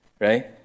Right